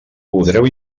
podreu